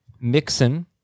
Mixon